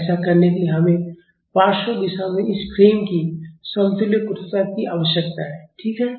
ऐसा करने के लिए हमें पार्श्व दिशा में इस फ्रेम की समतुल्य कठोरता की आवश्यकता है ठीक है